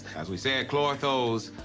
as we say at clortho's,